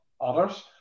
others